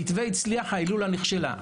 המתווה הצליח אך ההילולה נכשלה.